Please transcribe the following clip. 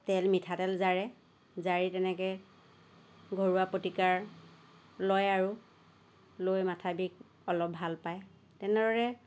তেল মিঠাতেল জাৰে জাৰি তেনেকৈ ঘৰুৱা প্ৰতিকাৰ লয় আৰু লৈ মাথা বিষ অলপ ভাল পায় তেনেদৰে